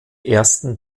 ersten